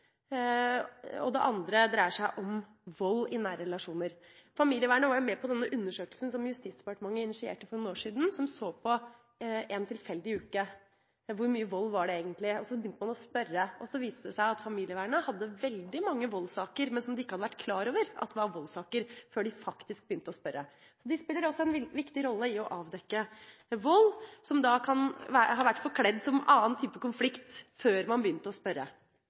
Det andre dreier seg om vold i nære relasjoner. Familievernet var jo med på den undersøkelsen som Justisdepartementet initierte for noen år siden, som så på hvor mye vold det egentlig var i en tilfeldig uke. Og så begynte man å spørre. Da viste det seg at familievernet hadde veldig mange voldssaker som de ikke hadde vært klar over var voldssaker, før de faktisk begynte å spørre. Så de spiller også en viktig rolle i å avdekke vold, som da har vært forkledd som annen type konflikt før man begynte å spørre.